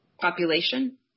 population